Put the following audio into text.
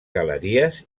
galeries